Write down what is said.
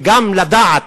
וגם לדעת,